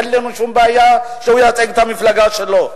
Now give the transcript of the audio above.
ואין לנו שום בעיה שהוא ייצג את המפלגה שלו.